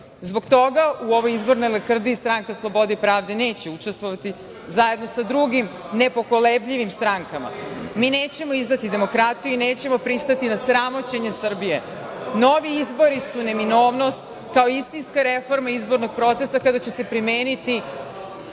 toga u ovoj izbornoj lakrdiji Stranka slobode i pravde neće učestvovati zajedno sa drugim nepokolebljivim strankama. Mi nećemo izdati demokratiju i nećemo pristati na sramoćenje Srbije. Novi izbori su neminovnost kao istinska reforma izbornog procesa, kada će se primeniti